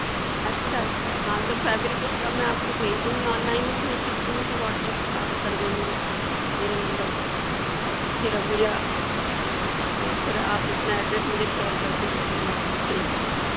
اچھا اچھا ہاں تو فیبرک اس کا میں آپ کو بھیج دوں گی آن لائن بھیج سکتی ہوں اسے واٹسپ آپ کر دیں مجھے میرے نمبر پہ پھر مجھے ہاں پھر آپ اپنا ایڈریس مجھے شیئر کر دیں تو میں آپ کو بھیج سکتی ہوں